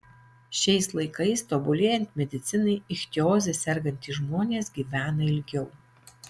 šiais laikais tobulėjant medicinai ichtioze sergantys žmonės gyvena ilgiau